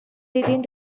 eighteen